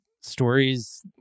stories